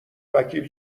وکیل